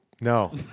No